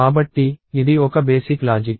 కాబట్టి ఇది ఒక బేసిక్ లాజిక్